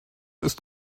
ist